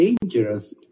dangerous